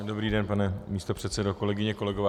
Dobrý den, pane místopředsedo, kolegyně, kolegové.